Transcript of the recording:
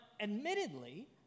admittedly